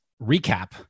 recap